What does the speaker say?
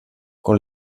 con